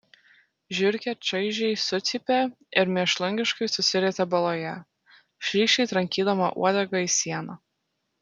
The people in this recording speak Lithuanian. žiurkė čaižiai sucypė ir mėšlungiškai susirietė baloje šlykščiai trankydama uodegą į sieną